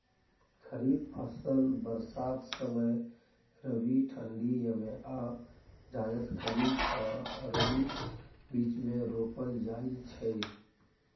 खरीफ फसल बरसात समय, रबी ठंढी यमे आ जाएद खरीफ आ रबीक बीचमे रोपल जाइ छै